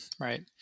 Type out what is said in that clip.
Right